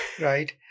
Right